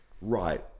Right